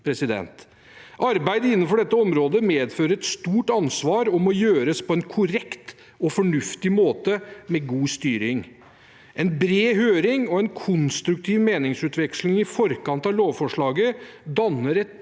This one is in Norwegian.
Arbeid innenfor dette området medfører et stort ansvar og må gjøres på en korrekt og fornuftig måte med god styring. En bred høring og en konstruktiv meningsutveksling i forkant av lovforslaget danner et